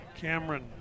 Cameron